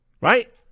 Right